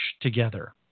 together